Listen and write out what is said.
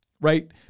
right